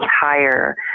higher